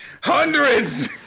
Hundreds